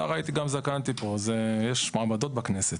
נער הייתי וגם זקנתי פה יש מעמדות בכנסת.